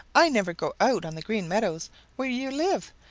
i never go out on the green meadows where you live.